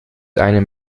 einem